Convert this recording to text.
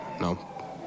no